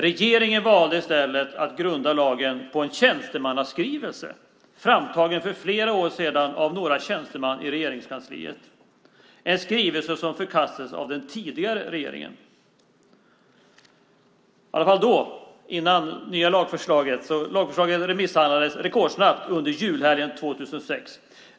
Regeringen valde i stället att grunda lagen på en tjänstemannaskrivelse, framtagen för flera år sedan av några tjänstemän i Regeringskansliet - en skrivelse som förkastades av den tidigare regeringen. Lagförslaget remissbehandlades rekordsnabbt under julhelgen 2006.